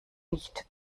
nicht